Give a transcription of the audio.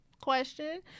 Question